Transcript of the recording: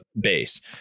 base